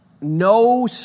no